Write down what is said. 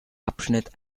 abschnitt